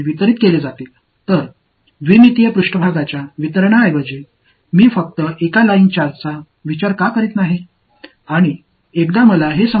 எனவே 2 பரிமாண மேற்பரப்பு விநியோகத்தை கையாள்வதற்கு பதிலாக நான் ஏன் ஒரு லைன் சார்ஜ் மட்டும் கையாளக்கூடாது